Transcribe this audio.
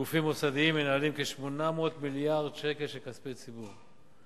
גופים מוסדיים מנהלים כ-800 מיליארד שקל של כספי ציבור,